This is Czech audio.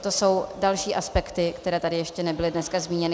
To jsou další aspekty, které tady ještě nebyly dnes zmíněny.